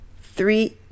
Three